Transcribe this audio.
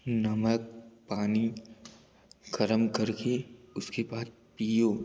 नमक पानी गर्म करके उसके बाद पीयो